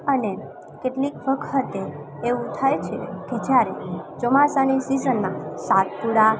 અને કેટલીક વખતે એવું થાય છે કે જ્યારે ચોમાસાની સિઝનમાં સાતપુડા